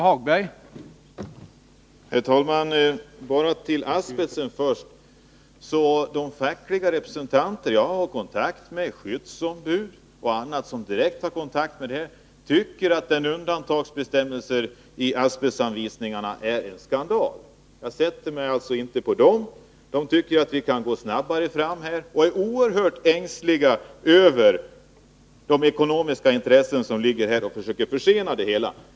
Herr talman! Vad först gäller asbesten vill jag säga att de fackliga representanter, såsom skyddsombud och andra, som jag har kontakt med tycker att den här undantagsbestämmelsen i asbestanvisningarna är en skandal. Jag sätter mig alltså inte på dem. De tycker att vi kan gå snabbare fram och är oerhört ängsliga för de ekonomiska intressen som försöker försena det hela.